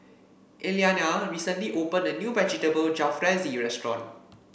Elliana recently opened a new Vegetable Jalfrezi restaurant